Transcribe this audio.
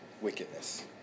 wickedness